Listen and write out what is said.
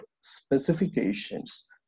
specifications